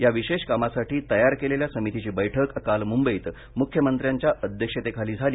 या विशेष कामासाठी तयार केलेल्या समितीची बैठक काल मुंबईत मुख्यमंत्र्यांच्या अध्यक्षतेखाली झाली